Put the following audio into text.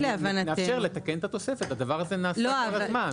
נאפשר לתקן את התוספת, הדבר הזה נעשה כל הזמן.